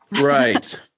Right